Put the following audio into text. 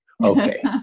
okay